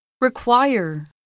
Require